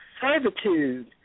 servitude